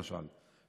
למשל,